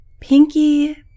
Pinky